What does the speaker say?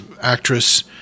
actress